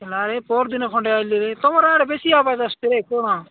ନାଇଁରେ ପରଦିନ ଖଣ୍ଡେ ଆସିଲିରେ ତୁମର ଆଡ଼େ ବେଶୀ ଆବାଜ ଆସୁଛିରେ କ'ଣ